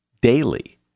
daily